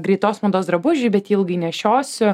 greitos mados drabužį bet jį ilgai nešiosiu